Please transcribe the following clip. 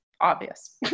obvious